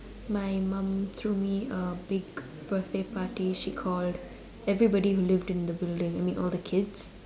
my mum threw me a big birthday party she called everybody who lived in the building I mean all the kids